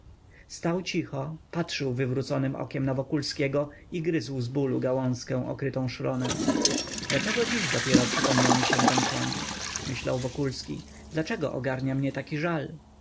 stał cicho patrzył wywróconem okiem na wokulskiego i gryzł z bólu gałązkę okrytą szronem dlaczego dziś dopiero przypomniał mi się ten koń myślał wokulski dlaczego ogarnia mnie taki żal